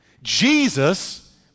Jesus